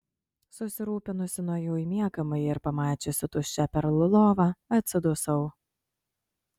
susirūpinusi nuėjau į miegamąjį ir pamačiusi tuščią perl lovą atsidusau